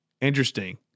Interesting